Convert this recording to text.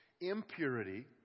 impurity